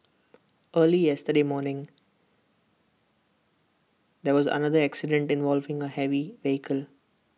early yesterday morning there was another accident involving A heavy vehicle